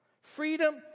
freedom